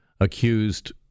accused